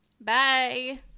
Bye